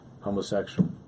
homosexual